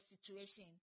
situation